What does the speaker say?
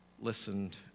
listened